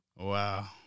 Wow